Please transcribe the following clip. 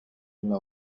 إلى